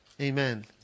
Amen